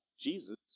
Jesus